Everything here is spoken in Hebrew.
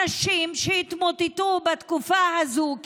אנשים שהתמוטטו בתקופה הזאת,